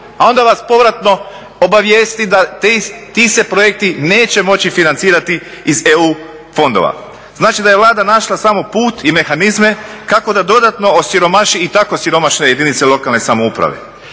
a onda vas povratno obavijesti da ti se projekti neće moći financirati iz EU fondova. Znači da je Vlada našla samo put i mehanizme kako da dodatno osiromaši i tako siromašne jedinice lokalne samouprave.